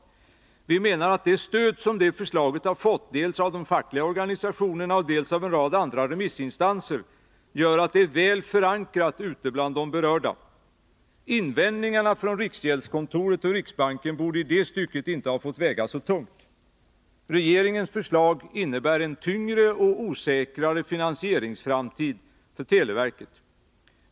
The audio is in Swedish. Vi menar att det stöd som det förslaget har fått dels av de fackliga organisationerna, dels av en rad andra remissinstanser, gör att det är väl förankrat ute bland de berörda. Invändningarna från riksgäldskontoret och riksbanken borde i det stycket inte ha fått väga så tungt. Regeringens förslag innebär en tyngre och osäkrare finansieringsframtid för televerket.